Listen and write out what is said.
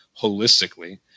holistically